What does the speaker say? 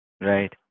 Right